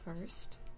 first